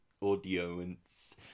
audience